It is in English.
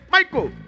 Michael